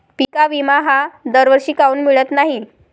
पिका विमा हा दरवर्षी काऊन मिळत न्हाई?